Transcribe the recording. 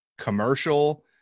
commercial